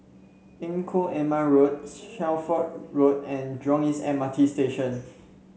Engku Aman Road Shelford Road and Jurong East M R T Station